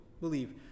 believe